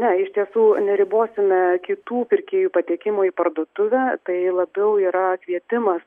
ne iš tiesų neribosime kitų pirkėjų patekimo į parduotuvę tai labiau yra kvietimas